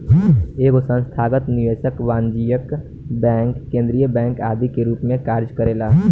एगो संस्थागत निवेशक वाणिज्यिक बैंक केंद्रीय बैंक आदि के रूप में कार्य करेला